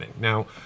Now